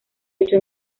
ocho